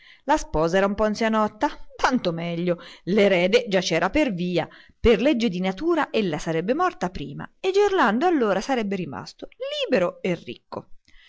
la sposa era un po anzianotta tanto meglio l'erede già c'era per via per legge di natura ella sarebbe morta prima e gerlando allora sarebbe rimasto libero e ricco